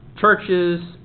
Churches